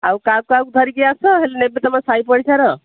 ଆଉ କାହାକୁ କାହାକୁ ଧରିକିଆସ ହେଲେ ନେବେ ତମ ସାଇପଡ଼ିଶାର